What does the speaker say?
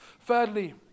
Thirdly